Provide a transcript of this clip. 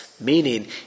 meaning